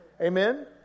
Amen